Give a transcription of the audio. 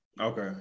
Okay